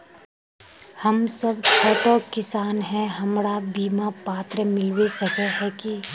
हम सब छोटो किसान है हमरा बिमा पात्र मिलबे सके है की?